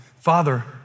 Father